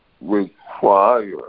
require